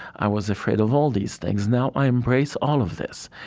i was afraid of all these things. now i embrace all of this.